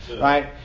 right